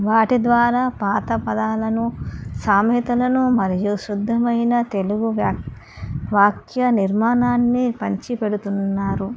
వాటి ద్వారా పాత పదాలను సామెతలను మరియు శుద్ధమైన తెలుగు వ్యాక్ వాక్య నిర్మాణాన్ని పంచి పెడుతున్నారు